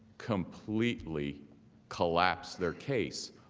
completely collapse their case.